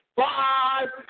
five